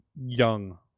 young